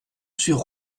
sur